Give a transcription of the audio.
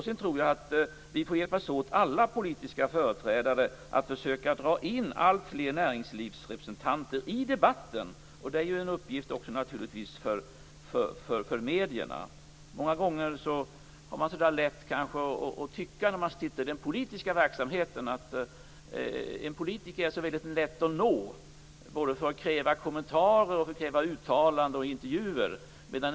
Sedan tror jag att vi får hjälpas åt, alla politiska företrädare, att försöka dra in alltfler näringslivsrepresentanter i debatten. Det är naturligtvis också en uppgift för medierna. Många gånger har man lätt att tycka, när man sitter i den politiska verksamheten, att en politiker är väldigt lätt att nå, både för att kräva kommentarer och uttalanden och för att kräva intervjuer.